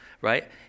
Right